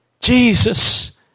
Jesus